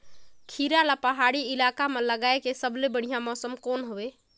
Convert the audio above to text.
खीरा ला पहाड़ी इलाका मां लगाय के सबले बढ़िया मौसम कोन हवे?